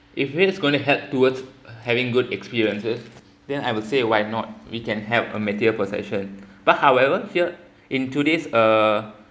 if it is going to help towards having good experiences then I would say why not we can have a material possession but however here in today's uh